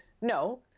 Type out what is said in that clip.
no